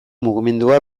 mugimendua